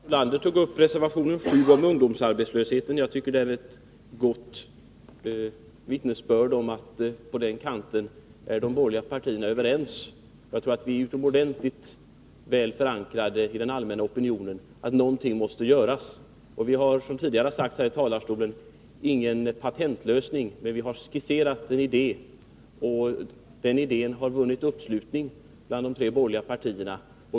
Herr talman! Lars Ulander tog upp reservation 7 om ungdomsarbetslösheten. Jag tycker den är ett gott vittnesbörd om att i den frågan är de borgerliga partierna överens. Jag tror att det är utomordentligt väl förankrat i den allmänna opinionen att något måste göras. Vi har, som tidigare har sagts här från talarstolen, ingen patentlösning. Men vi har skisserat en idé, och den idén har vunnit uppslutning bland de tre borgerliga partierna.